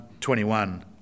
21